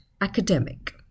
academic